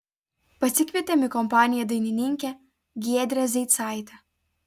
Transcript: pasikvietėm į kompaniją dainininkę giedrę zeicaitę